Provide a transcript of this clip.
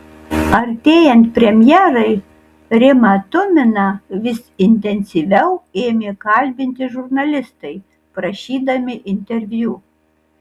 artėjant premjerai rimą tuminą vis intensyviau ėmė kalbinti žurnalistai prašydami interviu